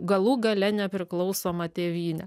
galų gale nepriklausomą tėvynę